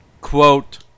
quote